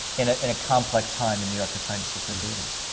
in ah in a complex time in new york for trying to secure theatres.